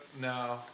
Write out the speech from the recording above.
No